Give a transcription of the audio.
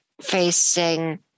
facing